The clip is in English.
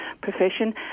profession